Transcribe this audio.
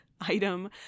item